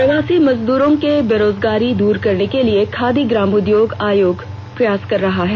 प्रवासी मजदूरों के बेरोजगारी दूर करने के लिए खादी ग्रामोद्योग आयोग प्रयास कर रहा है